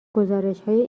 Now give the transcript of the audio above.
گزارشهای